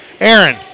aaron